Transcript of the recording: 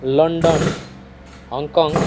London Hong Kong